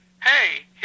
Hey